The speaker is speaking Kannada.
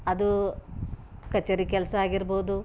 ಅದು ಕಚೇರಿ ಕೆಲಸ ಆಗಿರ್ಬೌದು